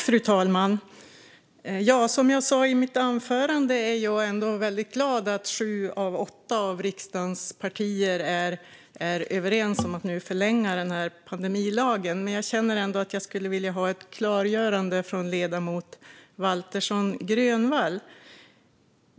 Fru talman! Som jag sa i mitt anförande är jag väldigt glad att sju av åtta av riksdagens partier är överens om att nu förlänga pandemilagen. Men jag känner ändå att jag skulle vilja ha ett klargörande från ledamoten Waltersson Grönvall.